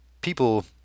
people